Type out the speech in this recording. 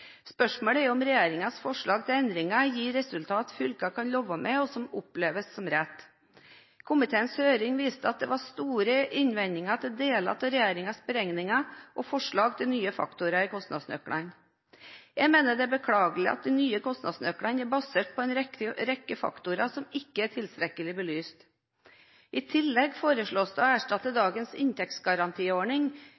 Spørsmålet er om regjeringens forslag til endringer gir et resultat fylkene kan leve med, og som oppleves som riktig. Komiteens høring viste at det var store innvendinger til deler av regjeringens beregninger og forslag til nye faktorer i kostnadsnøklene. Jeg mener det er beklagelig at de nye kostnadsnøklene er basert på en rekke faktorer som ikke er tilstrekkelig belyst. I tillegg foreslås det å erstatte